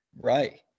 Right